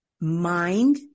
mind